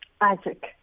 Isaac